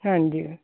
ਹਾਂਜੀ